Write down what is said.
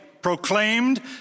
proclaimed